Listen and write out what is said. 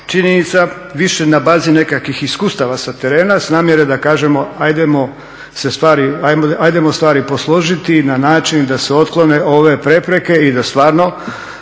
činjenica više na bazi nekakvih iskustava sa terena sa namjere da kažemo hajdemo stvari posložiti na način da se otklone ove prepreke i da stvarno